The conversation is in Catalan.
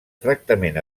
tractament